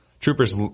Troopers